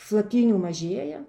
šlapynių mažėja